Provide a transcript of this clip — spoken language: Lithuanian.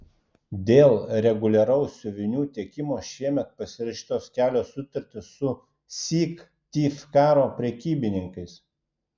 dėl reguliaraus siuvinių tiekimo šiemet pasirašytos kelios sutartys su syktyvkaro prekybininkais